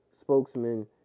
spokesman